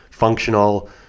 functional